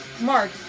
Mark